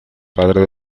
padre